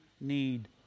need